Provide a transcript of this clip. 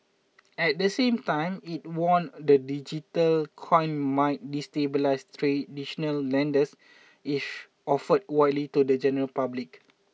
at the same time it warned the digital coins might destabilise traditional lenders if offered widely to the general public